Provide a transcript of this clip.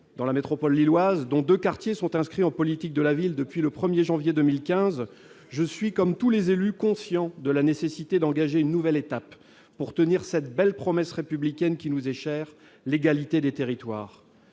dans la métropole lilloise dont 2 quartiers sont inscrits en politique de la ville depuis le 1er janvier 2015, je suis comme tous les élus, conscients de la nécessité d'engager une nouvelle étape pour tenir cette belle promesse républicaine qui nous est chère : l'égalité des territoires,